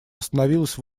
остановилась